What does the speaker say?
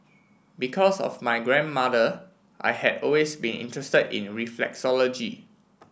because of my grandmother I had always been interested in reflexology